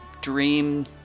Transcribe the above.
dream